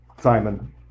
Simon